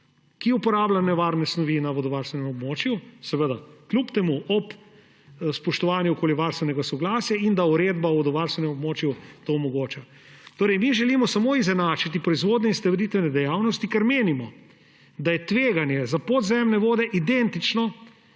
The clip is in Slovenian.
ki uporablja nevarne snovi na vodovarstvenem območju, seveda kljub temu ob spoštovanju okoljevarstvenega soglasja, in da uredba o vodovarstvenem območju to omogoča. Mi želimo samo izenačiti proizvodne in storitvene dejavnosti, ker menimo, da je tveganje za podzemne vode identično